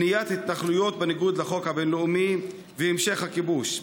בניית התנחלויות בניגוד לחוק הבין-לאומי והמשך הכיבוש?